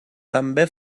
també